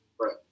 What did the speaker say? Right